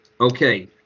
Okay